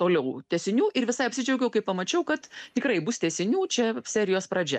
toliau tęsinių ir visai apsidžiaugiau kai pamačiau kad tikrai bus tęsinių čia serijos pradžia